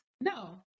No